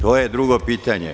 To je drugo pitanje.